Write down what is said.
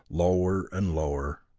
lower and lower.